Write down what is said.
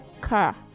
car